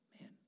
man